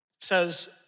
says